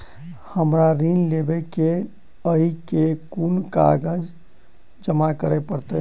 हमरा ऋण लेबै केँ अई केँ कुन कागज जमा करे पड़तै?